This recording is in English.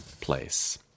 place